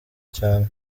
cyane